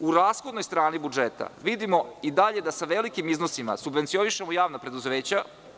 U rashodnoj strani budžeta vidimo i dalje da se sa velikim iznosima subvencionišu javna preduzeća.